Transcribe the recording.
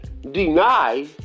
deny